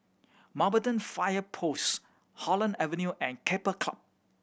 Mountbatten Fire Post Holland Avenue and Keppel Club